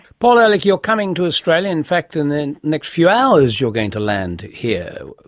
but like you're coming to australia, in fact in the next few hours you're going to land here.